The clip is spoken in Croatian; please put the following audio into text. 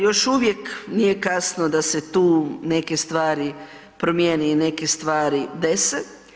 Još uvijek nije kasno da se tu neke stvari promijeni i neke stvari dese.